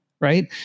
right